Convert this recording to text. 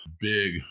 big